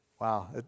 Wow